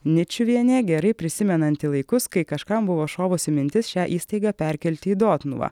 ničiuvienė gerai prisimenanti laikus kai kažkam buvo šovusi mintis šią įstaigą perkelti į dotnuvą